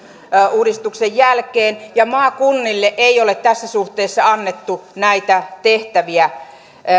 jälkeen ja maakunnille ei ole tässä suhteessa annettu näitä tehtäviä